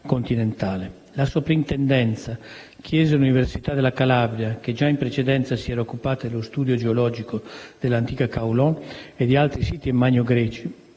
La Soprintendenza chiese all'Università della Calabria, che già in precedenza si era occupata dello studio geologico dell'antica Kaulon e di altri siti magnogreci